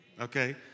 okay